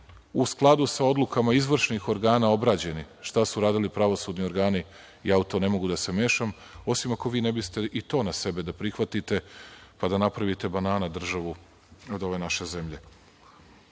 u skladu sa odlukama izvršnih organa obrađeni, šta su radili pravosudni organi, ja u to ne mogu da se mešam, osim ako vi ne biste i to na sebe da prihvatite, pa da napravite banana državu od ove naše zemlje. Rekli